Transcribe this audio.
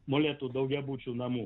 molėtų daugiabučių namų